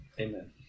Amen